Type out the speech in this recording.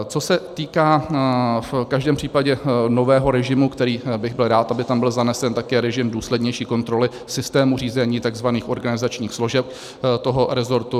Co se týká v každém případě nového režimu, který bych byl rád, aby tam byl zanesen, tak je to režim důslednější kontroly systému řízení takzvaných organizačních složek toho resortu.